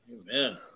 Amen